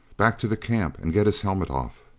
back to the camp and get his helmet off.